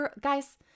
guys